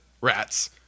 rats